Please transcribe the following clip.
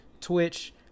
Twitch